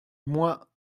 moi